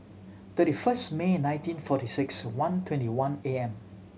thirty first May nineteen forty six one twenty one A M